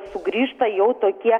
sugrįžta jau tokie